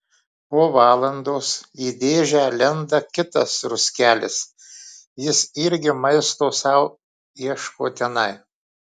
po valandos į dėžę lenda kitas ruskelis jis irgi maisto sau ieško tenai